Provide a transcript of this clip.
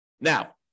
Now